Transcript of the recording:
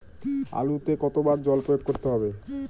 আলুতে কতো বার জল প্রয়োগ করতে হবে?